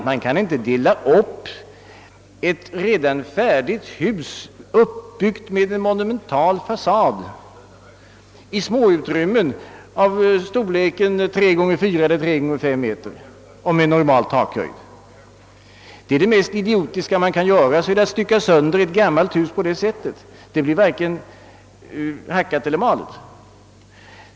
Man kan inte dela upp ett hus, som byggts med en monumental fasad, i små utrymmen av storleken 3X4 eller 3X5 meter och med normal takhöjd. Det mest idiotiska man kan göra är att stycka sönder ett gammalt hus på det sättet. Det blir varken hackat eller malet.